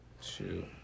shoot